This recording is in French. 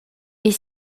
est